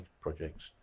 projects